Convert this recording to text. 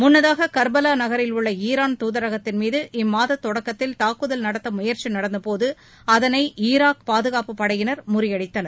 முன்னதாக கர்பலா நகரில் உள்ள ஈரான் தூதரகத்தின் மீது இம்மாத தொடக்கத்தில் தாக்குதல் நடத்த முயற்சி நடந்தபோது அதனை ஈராக் பாதுகாப்புப் படையினர் முறியடித்தனர்